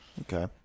Okay